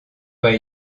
pas